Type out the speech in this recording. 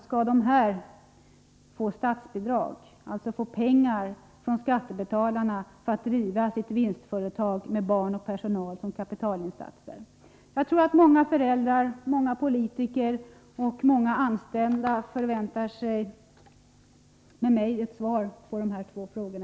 Skall dessa få statsbidrag, alltså få pengar från skattebetalarna för att driva sitt vinstföretag med barn och personal som kapitalinsatser? Jag tror att många föräldrar, många politiker och många anställda med mig förväntar sig ett svar från Sten Andersson på de här två frågorna.